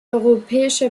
europäische